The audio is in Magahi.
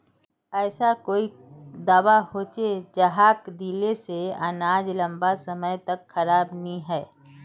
ऐसा कोई दाबा होचे जहाक दिले से अनाज लंबा समय तक खराब नी है?